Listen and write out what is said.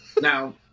Now